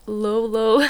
lou lou